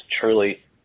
truly